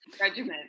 regiment